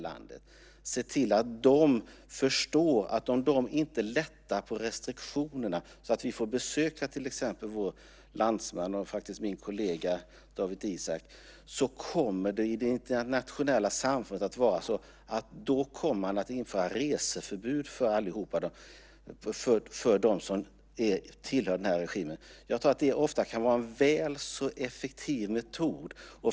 Man ska se till att de förstår att om de inte lättar på restriktionerna så att vi får besöka till exempel vår landsman och min kollega - faktiskt - Dawit Isaak så kommer man i det internationella samfundet att införa reseförbud för dem som tillhör regimen. Jag tror att det ofta kan vara en väl så effektiv metod.